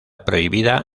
prohibido